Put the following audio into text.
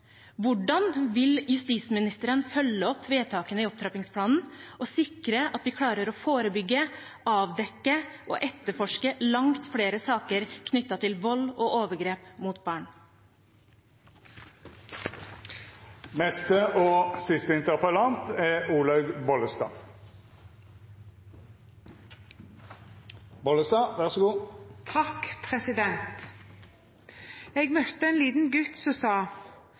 Hvordan vil justisministeren følge opp vedtakene i opptrappingsplanen og sikre at vi klarer å forebygge, avdekke og etterforske langt flere saker knyttet til vold og overgrep mot barn? Neste og siste interpellant er Olaug V. Bollestad. Jeg møtte en liten gutt som sa: